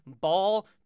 ball